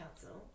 Council